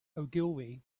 ogilvy